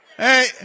Hey